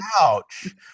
ouch